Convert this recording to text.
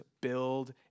build